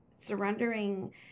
Surrendering